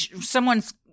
someone's